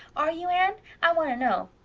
are you, anne? i want to know.